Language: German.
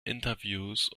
interviews